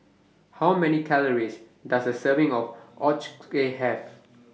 How Many Calories Does A Serving of Ochazuke Have